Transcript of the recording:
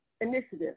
initiative